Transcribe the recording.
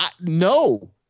No